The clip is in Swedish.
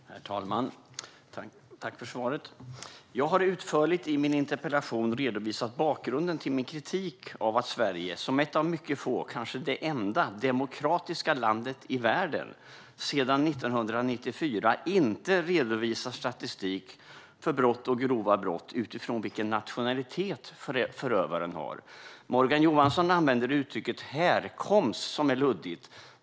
Herr talman! Tack, ministern, för svaret! Jag har utförligt i min interpellation redovisat bakgrunden till min kritik av att Sverige som ett av mycket få länder, kanske det enda demokratiska landet i världen, sedan 1994 inte redovisar statistik för brott och grova brott utifrån vilken nationalitet förövaren har. Morgan Johansson använder uttrycket härkomst, som är luddigt.